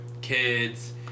kids